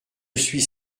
suis